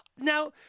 Now